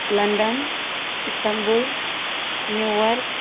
London Istanbul New York